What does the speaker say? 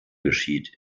geschieht